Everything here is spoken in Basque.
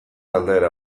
aldaera